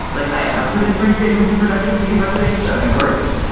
like i have foot imprint statements in production to debug things and it works.